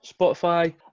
Spotify